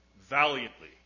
valiantly